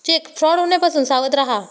check fraud होण्यापासून सावध रहा